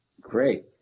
Great